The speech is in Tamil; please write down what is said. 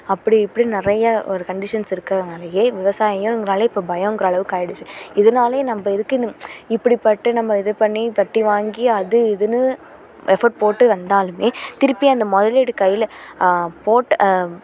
அப்படி இப்படின்னு நிறையா ஒரு கண்டிஷன்ஸ் இருக்கிறதுனாலையே விவசாயங்கனாலே இப்போ பயங்கிற அளவுக்கு ஆகிடுச்சு இதனாலயே நம்ம இதுக்கு இன்னும் இப்படி பட்டு நம்ம இது பண்ணி வட்டி வாங்கி அது இதுன்னு எஃபோட் போட்டு வந்தாலுமே திருப்பி அந்த முதலீடு கையில் போட்டு